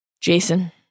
Jason